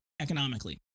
economically